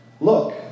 Look